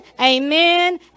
amen